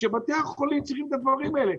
כשבתי החולים צריכים את הדברים האלה.